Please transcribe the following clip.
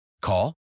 Call